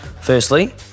Firstly